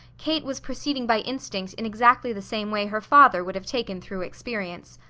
kate was proceeding by instinct in exactly the same way her father would have taken through experience.